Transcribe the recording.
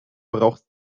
brauchst